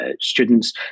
students